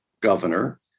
governor